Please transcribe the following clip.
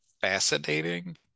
fascinating